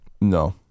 No